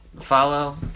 follow